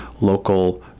local